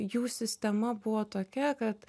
jų sistema buvo tokia kad